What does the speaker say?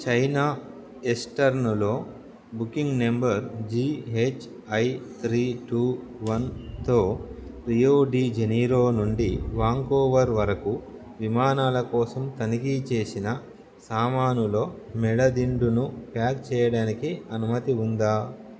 China ఎస్టెర్నులో booking number G H I three two వన్తో Rio de Janeiro నుండి Vancouver వరకు విమానాల కోసం తనిఖీ చేసిన సామానులో మెడ దిండును ప్యాక్ చేయడానికి అనుమతి ఉందా